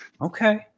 Okay